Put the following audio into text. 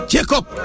Jacob